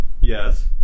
Yes